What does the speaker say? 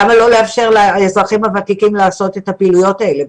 למה לא לאפשר לאזרחים הוותיקים לעשות את הפעילויות האלה?